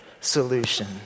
solution